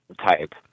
type